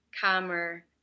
calmer